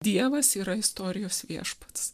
dievas yra istorijos viešpats